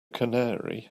canary